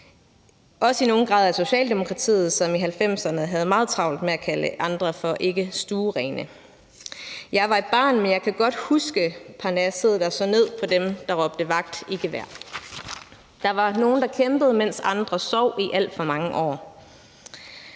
også i nogen grad af Socialdemokratiet, som i 1990'erne havde meget travlt med at kalde andre for ikkestuerene. Jeg var et barn, men jeg kan godt huske parnasset, der så ned på dem, der råbte vagt i gevær. Der var nogle, der kæmpede, mens andre sov i alt for mange år.